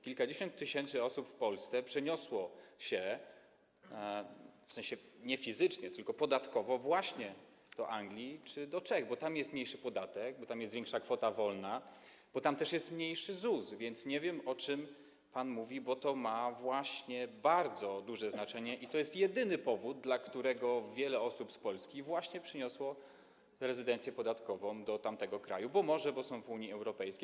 Kilkadziesiąt tysięcy osób w Polsce przeniosło się - w sensie: nie fizycznie, tylko podatkowo - właśnie do Anglii czy do Czech, bo tam jest mniejszy podatek, bo tam jest większa kwota wolna, bo tam jest niższy ZUS, więc nie wiem, o czym pan mówi, bo to ma właśnie bardzo duże znaczenie i to jest jedyny powód, dla którego wiele osób z Polski właśnie przeniosło rezydencję podatkową do tamtych krajów, ponieważ są w Unii Europejskiej.